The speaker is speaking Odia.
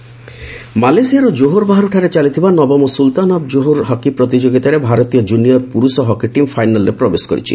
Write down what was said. ହକି ମାଲେସିଆର ଜୋହର ବାହାରୁଠାରେ ଚାଲିଥିବା ନବମ ସ୍କୁଲତାନ ଅଫ୍ ଜୋହର ହକି ପ୍ରତିଯୋଗିତାରେ ଭାରତୀୟ କୁନିୟର୍ ପୁରୁଷ ହକି ଟିମ୍ ଫାଇନାଲ୍ରେ ପ୍ରବେଶ କରିଛି